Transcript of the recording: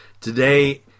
Today